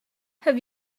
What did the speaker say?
have